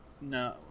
No